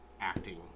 acting